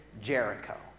Jericho